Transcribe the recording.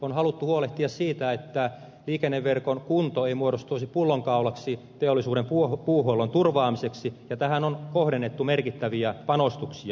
on haluttu huolehtia siitä että liikenneverkon kunto ei muodostuisi pullonkaulaksi teollisuuden puuhuollon turvaamiseksi ja tähän on kohdennettu merkittäviä panostuksia